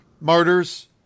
Martyrs